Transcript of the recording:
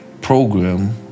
program